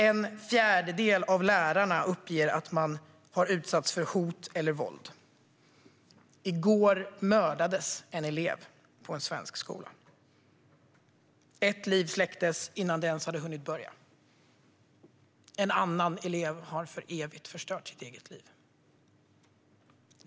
En fjärdedel av lärarna uppger att de har utsatts för hot eller våld. I går mördades en elev på en svensk skola. Ett liv släcktes när det precis hunnit börja. En annan elev har för evigt förstört sitt eget liv.